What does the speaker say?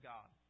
God